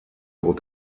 able